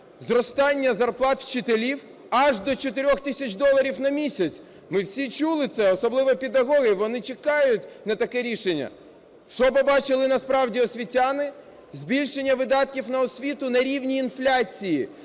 зростання зарплат вчителів аж до 4 тисяч доларів на місяць! Ми всі чули це, особливо педагоги, вони чекають на таке рішення. Що побачили насправді освітяни? Збільшення видатків на освіту на рівні інфляції.